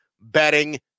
betting